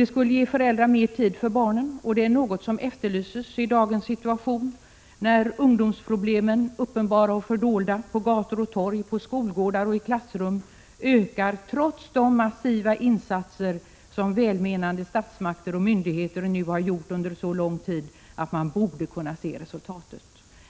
Det skulle ge föräldrar mer tid för barnen, och det är något som efterlyses i dagens situation när ungdomsproblemen — uppenbara och fördolda — på gator och torg, på skolgårdar och i klassrum ökar trots de massiva insatser som välmenande statsmakter och myndigheter nu har gjort under så lång tid att man borde kunna se resultatet.